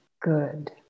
good